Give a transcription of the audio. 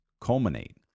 culminate